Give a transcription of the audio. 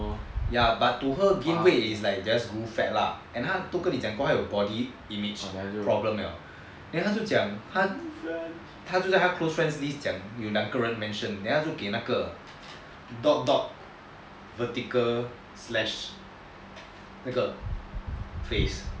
ya but to her gain weight is like she grew fat lah and 她都跟你讲过她有 body image problem liao then 她就讲她就在她的 close friends list 讲有两个人 mention then 她就给那个 dot dot dot vertical slash 那个 face